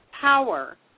power